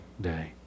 day